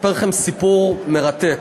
אספר לכם סיפור מרתק.